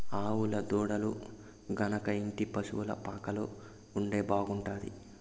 ఆవుల దూడలు గనక ఇంటి పశుల పాకలో ఉంటే బాగుంటాది